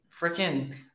freaking